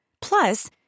Plus